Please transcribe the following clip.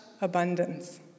abundance